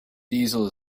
diesel